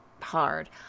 hard